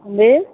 ఏంది